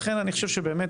ולכן, אני חוב שבאמת